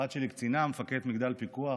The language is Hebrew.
הבת שלי, קצינה, מפקדת מגדל פיקוח